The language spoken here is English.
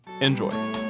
Enjoy